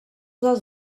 dels